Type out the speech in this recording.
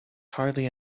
hardly